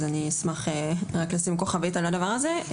אז אני אשמח רק לשים כוכבית על הדבר הזה.